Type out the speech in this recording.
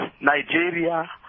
Nigeria